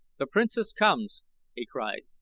the princess comes! he cried.